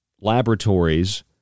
laboratories